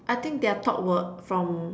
I think their talk will from